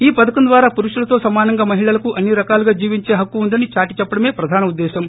ఈ పథకం ద్వారా పురుషులతో సమానంగా మహిళలకు అన్ని రకాలుగా జీవించే హక్కు ఉందని దాటిచెప్పడమే ప్రధాన ఉద్దేశం